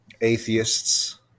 atheists